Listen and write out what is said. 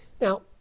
Now